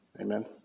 Amen